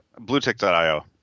Bluetick.io